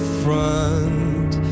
front